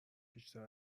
بیشتر